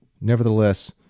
Nevertheless